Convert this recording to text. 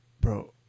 Bro